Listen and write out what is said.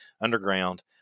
underground